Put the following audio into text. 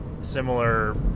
similar